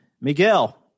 Miguel